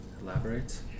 Elaborate